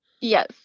Yes